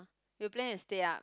we planning to stay up